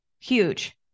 huge